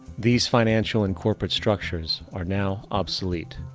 these financial and corporate structures are now obsolete,